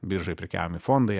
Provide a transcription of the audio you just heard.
biržoje prekiaujami fondai